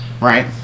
right